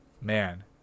man